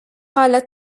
قال